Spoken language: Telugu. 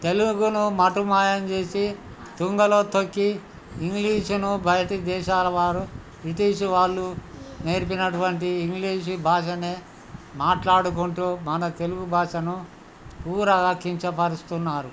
తెలుగును మటుమాయం చేేసి తుంగలో తొక్కి ఇంగ్లీషును బయటి దేశాల వారు బ్రిటీష్ వాళ్ళు నేర్పినటువంటి ఇంగ్లీషు భాషనే మాట్లాడుకుంటూ మన తెలుగు భాషను పూరగా కించపరుస్తున్నారు